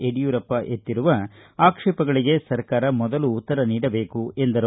ಯಡಿಯೂರಪ್ಪ ಎತ್ತಿರುವ ಆಕ್ಷೇಪಗಳಿಗೆ ಸರ್ಕಾರ ಮೊದಲು ಉತ್ತರ ನೀಡಬೇಕು ಎಂದರು